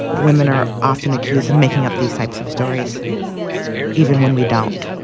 women are often accused of making up these types of stories even when we don't